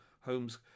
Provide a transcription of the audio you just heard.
homes